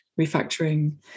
refactoring